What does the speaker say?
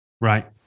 Right